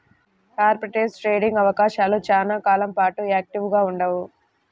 arbitrage trading అవకాశాలు చాలా కాలం పాటు యాక్టివ్గా ఉండవు